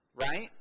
right